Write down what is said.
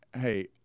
hey